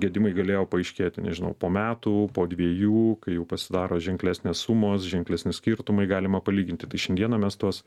gedimai galėjo paaiškėti nežinau po metų po dviejų kai jau pasidaro ženklesnės sumos ženklesni skirtumai galima palyginti tai šiandieną mes tuos